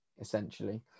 essentially